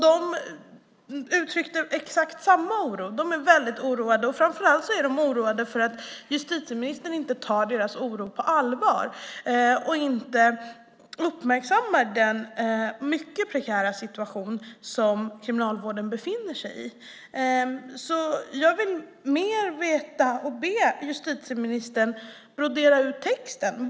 De uttryckte exakt samma oro. De är väldigt oroade. Framför allt är de oroade för att justitieministern inte tar deras oro på allvar och inte uppmärksammar den mycket prekära situation som Kriminalvården befinner sig i. Jag vill veta mer, och jag ber justitieministern brodera ut texten.